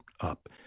up